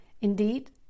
Indeed